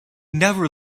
never